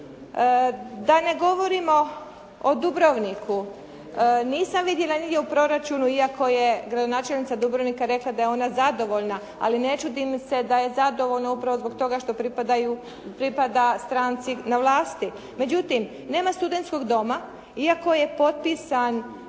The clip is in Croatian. Da ne govorimo o Dubrovniku. Nisam vidjela nigdje u proračunu iako je gradonačelnica Dubrovnika rekla da je ona zadovoljna, ali ne čudim se da je zadovoljna upravo zbog toga što pripada stranci na vlasti. Međutim, nema studenskog doma iako je potpisan